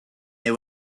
they